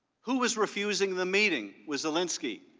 who was refusing the meeting with zelensky,